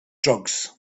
drugs